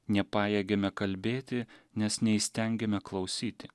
nepajėgiame kalbėti nes neįstengiame klausyti